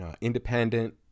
independent